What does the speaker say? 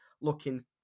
looking